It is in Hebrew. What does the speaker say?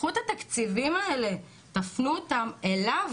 קחו את התקציבים האלה תפנו אותם אליו,